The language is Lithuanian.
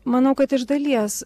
manau kad iš dalies